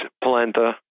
polenta